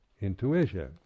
intuition